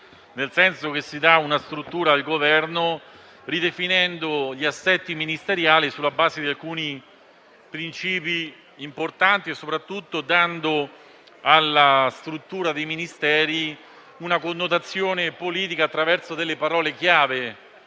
dà, infatti, una struttura al Governo, ridefinendo gli assetti ministeriali sulla base di alcuni importanti principi, soprattutto dando alla struttura dei Ministeri una connotazione politica attraverso le parole chiave